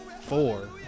four